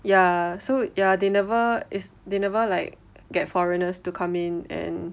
ya so ya they never is they never like get foreigners to come in and